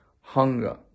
hunger